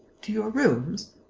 to your rooms?